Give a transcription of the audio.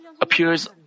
appears